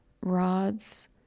rods